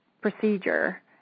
procedure